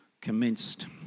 commenced